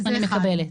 אני מקבלת.